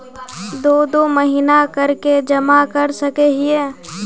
दो दो महीना कर के जमा कर सके हिये?